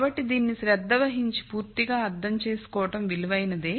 కాబట్టిదీనిని శ్రద్ధ వహించి పూర్తిగా అర్థం చేసుకోవడం విలువైనదే